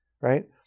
right